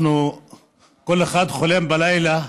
כל אחד חולם בלילה,